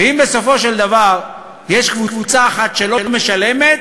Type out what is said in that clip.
ואם בסופו של דבר יש קבוצה אחת שלא משלמת,